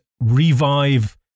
revive